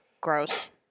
gross